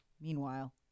Meanwhile